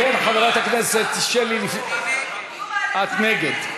כן, חברת הכנסת שלי, את נגד.